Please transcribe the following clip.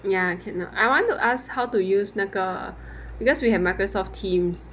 ya cannot I want to ask how to use 那个 because we have Microsoft teams